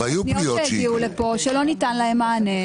ופניות שהגיעו לפה שלא ניתן להם מענה.